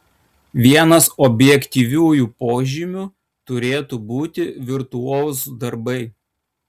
vienas objektyviųjų požymių turėtų būti virtuozų darbai